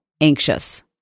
anxious